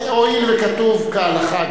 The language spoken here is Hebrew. הואיל וכתוב "כהלכה",